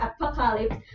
apocalypse